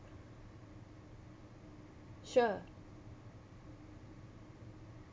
sure